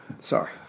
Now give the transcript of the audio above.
sorry